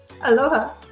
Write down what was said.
Aloha